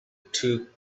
two